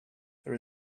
there